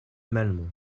malmont